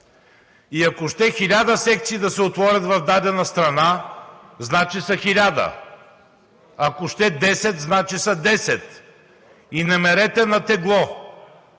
И ако ще 1000 секции да се отворят в дадена страна – значи са 1000. Ако ще 10 – значи са 10, и не мерете на тегло.